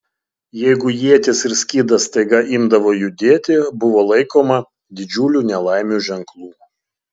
jeigu ietis ir skydas staiga imdavo judėti buvo laikoma didžiulių nelaimių ženklu